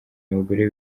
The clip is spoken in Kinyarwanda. abagore